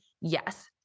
Yes